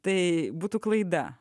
tai būtų klaida